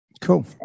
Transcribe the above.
Cool